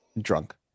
drunk